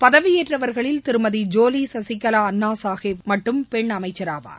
பதவியேற்றவர்களில் திருமதி ஜோலி சசிகலா அன்னா சாஹேப் மட்டும் பெண் அமைச்சராவார்